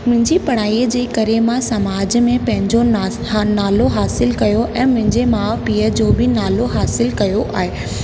मुंहिंजी पढ़ाईअ जे करे मां समाज में पंहिंजो नास नालो हासिलु कयो ऐं मुंहिंजे माउ पीउ जो बि नालो हासिलु कयो आहे